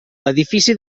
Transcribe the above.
edifici